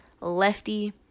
lefty